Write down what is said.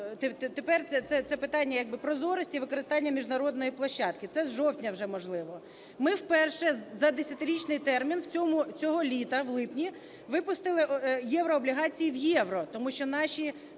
тепер це питання як би прозорості і використання міжнародної площадки. Це з жовтня вже можливо. Ми вперше за десятирічний термін цього літа, в липні, випустили єврооблігації в євро, тому що наші